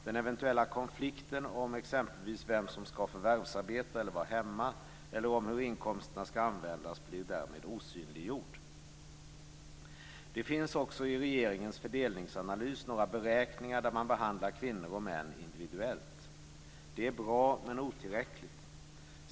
Den eventuella konflikten om t.ex. vem som ska förvärvsarbeta eller vara hemma eller om hur inkomsterna ska användas blir därmed osynliggjord. Det finns också i regeringens fördelningsanalys några beräkningar där man behandlar kvinnor och män individuellt. Det är bra men otillräckligt.